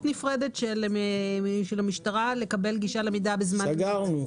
נפרדת של משטרה לקבל גישה למידע בזמן אמת.